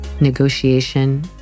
negotiation